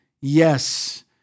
yes